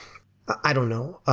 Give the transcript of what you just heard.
i don't know. ah